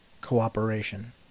cooperation